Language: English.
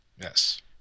Yes